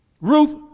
Ruth